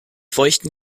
feuchten